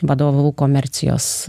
vadovų komercijos